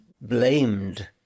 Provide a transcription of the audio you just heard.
blamed